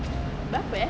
berapa eh